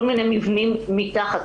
מנהל חטיבת ביניים ויש כל מיני מבנים מתחת.